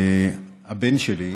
הבן שלי,